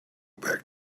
back